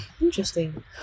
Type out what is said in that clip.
Interesting